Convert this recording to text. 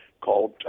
called